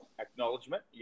acknowledgement